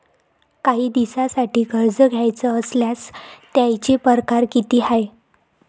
कायी दिसांसाठी कर्ज घ्याचं असल्यास त्यायचे परकार किती हाय?